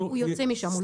ויוצא משם.